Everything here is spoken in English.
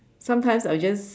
sometimes I'll just